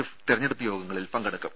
F തെരഞ്ഞെടുപ്പ് യോഗങ്ങളിൽ പങ്കെടുക്കും